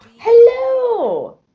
hello